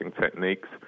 techniques